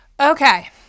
Okay